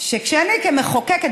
שאני כמחוקקת